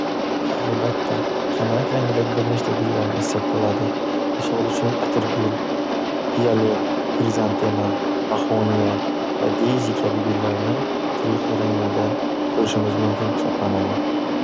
Ha, albatta, kamalak rangidagi bir nechta gullarni aytsak bo'ladi, misol uchun atirgul, violet, xrizantema, mahoniya va daisy kabi gullarni turli xil ranglarda ko'rishimiz mumkin hisoblanadi.